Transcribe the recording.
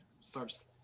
starts